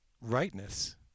rightness